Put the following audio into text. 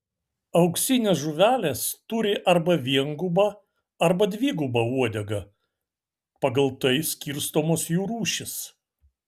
auksinės žuvelės turi arba viengubą arba dvigubą uodegą pagal tai skirstomos jų rūšys